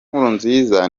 nkurunziza